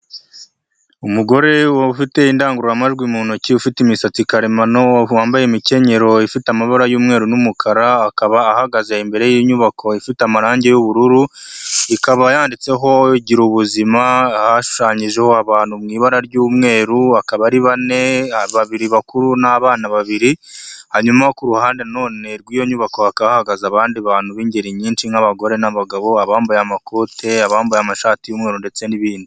Umugore ufite indangurumajwi mu ntoki ufite imisatsi karemano, wambaye imikenyerero ifite amabara y'umweru n'umukara, akaba ahagaze imbere y'inyubako ifite amarangi y'ubururu, ikaba yanditseho ''igiraru ubuzima'' hashushanyijeho abantu mu ibara ry'umweru, bakaba ari bane babiri bakuru n'abana babiri, hanyuma ku ruhande rw'iyo nyubako hakaba hahagaze abandi bantu b'ingeri nyinshi nk'abagore n'abagabo bambaye amakoti bambaye amashati y'umumweru, ndetse n'ibindi.